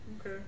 okay